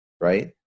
right